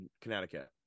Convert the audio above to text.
Connecticut